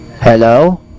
Hello